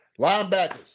Linebackers